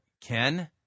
Ken